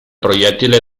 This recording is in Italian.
proiettile